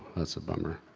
that's a bummer.